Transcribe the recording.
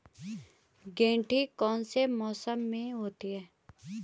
गेंठी कौन से मौसम में होती है?